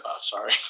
sorry